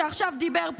שעכשיו דיבר פה,